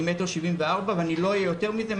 אני 1.74 מטר ואני לא אהיה יותר גבוה מזה,